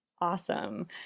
Awesome